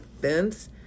fence